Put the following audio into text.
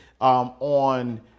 on